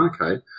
Okay